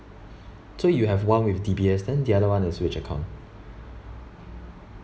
so you have one with D_B_S then the other one is which account